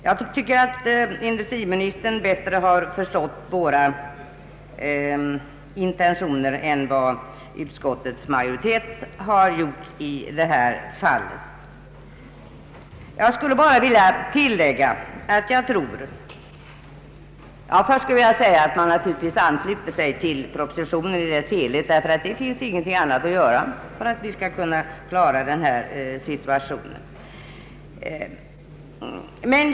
Jag tycker att industriministern bättre än vad utskottets majoritet har gjort i detta fall har förstått våra intentioner. Jag ansluter mig till propositionen i dess helhet. Det finns ingenting annat att göra för att vi skall kunna klara denna situation.